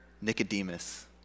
Nicodemus